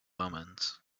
omens